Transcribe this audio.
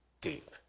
deep